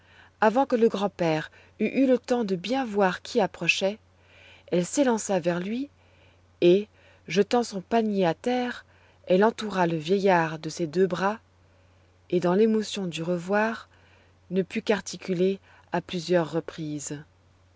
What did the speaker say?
avant que le grand-père eût eu le temps de bien voir qui approchait elle s'élança vers lui et jetant son panier à terre elle entoura le vieillard de ses deux bras et dans l'émotion du revoir ne put qu'articuler à plusieurs reprises